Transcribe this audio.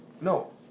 No